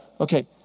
okay